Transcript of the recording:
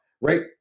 right